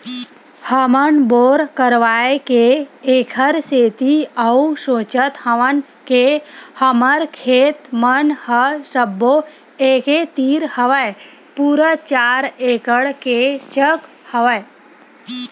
हमन बोर करवाय के ऐखर सेती अउ सोचत हवन के हमर खेत मन ह सब्बो एके तीर हवय पूरा चार एकड़ के चक हवय